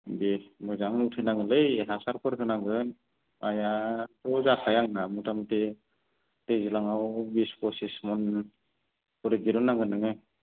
दे मोजां उथिनांगोन लै हासारफोर होनांगोन हायाथ' जाखायो आंना मथामथि दैज्लाङाव बिस पसिस मनखरि दिरुननांगोन नोङो